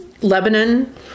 Lebanon